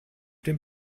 dem